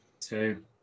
Two